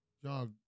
Y'all